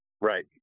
Right